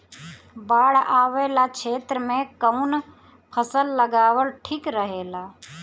बाढ़ वाला क्षेत्र में कउन फसल लगावल ठिक रहेला?